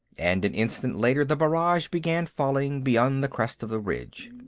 and an instant later the barrage began falling beyond the crest of the ridge.